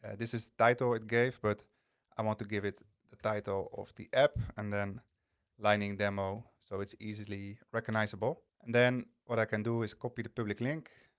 and this is title it gave but i want to give it the title of the app and then lightning demo. so it's easily recognizable. and then what i can do is copy the public link,